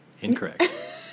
Incorrect